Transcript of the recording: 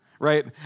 right